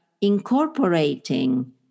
incorporating